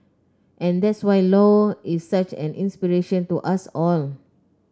and that's why Low is such an inspiration to us all